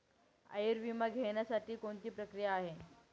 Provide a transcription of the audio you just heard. आयुर्विमा घेण्यासाठी कोणती प्रक्रिया आहे?